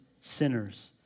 sinners